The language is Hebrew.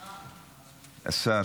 השר,